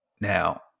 now